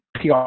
PR